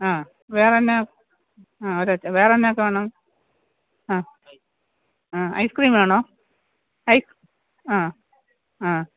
ആ വേറെന്നെ ആ ഒരാഴ്ച്ച വേറെന്തൊക്കെ വേണം ആ ആ ഐസ്ക്രീം വേണോ ഐസ് ആ ആ